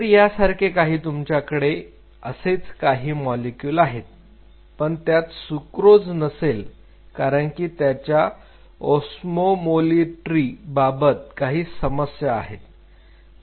तर यासारखे काही तुमच्याकडे असेच काही मॉलिक्युल आहेत पण त्यात सुक्रोज नसेल कारण की त्याच्या ओस्मोमोलारिटी बाबत काही समस्या आहेत